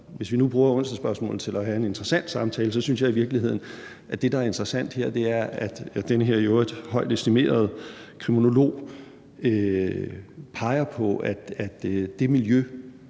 hvis vi nu bruger onsdagsspørgsmålene til at have en interessant samtale, synes jeg i virkeligheden, at det, der er interessant her, er, at den her i øvrigt højt estimerede kriminolog peger på, at det miljø,